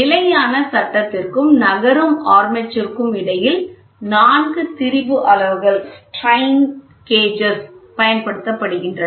நிலையான சட்டத்திற்கும் நகரும் ஆர்மேச்சருக்கும் இடையில் நான்கு திரிபு அளவுகள் பயன்படுத்தப்படுகின்றன